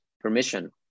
permission